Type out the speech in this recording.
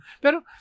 Pero